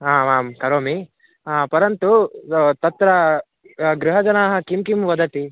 आम् आं करोमि हा परन्तु तत्र गृहजनाः किं किं वदन्ति